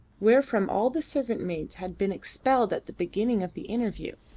wherefrom all the servant-maids had been expelled at the beginning of the interview,